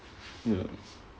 ya